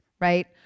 right